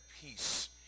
peace